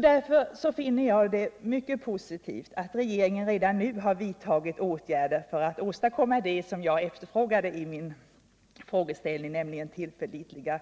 Därför finner jag det mycket positivt att regeringen redan nu har vidtagit åtgärder för att åstadkomma det som jag efterfrågade, nämligen tillförlitliga